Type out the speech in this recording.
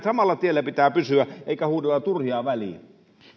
samalla tiellä pitää pysyä eikä huudella turhia väliin